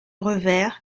revers